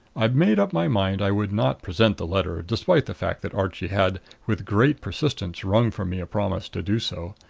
i made up my mind i would not present the letter, despite the fact that archie had with great persistence wrung from me a promise to do so.